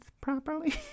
properly